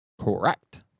Correct